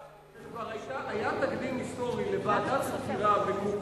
אתה יודע שכבר היה תקדים היסטורי של ועדת חקירה בקונגרס